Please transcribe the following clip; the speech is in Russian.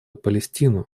палестину